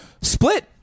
split